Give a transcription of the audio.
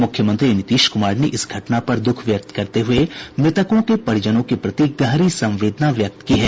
मुख्यमंत्री नीतीश कुमार ने इस घटना पर दुःख व्यक्त करते हुए मृतकों के परिजनों के प्रति गहरी संवेदना व्यक्त की है